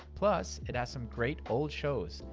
plus it has some great old shows,